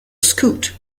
scoot